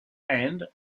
and